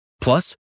Plus